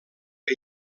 que